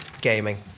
Gaming